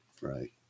Right